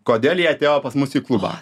kodėl jie atėjo pas mus į klubą